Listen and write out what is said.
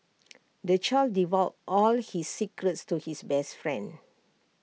the child divulged all his secrets to his best friend